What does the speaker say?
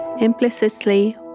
implicitly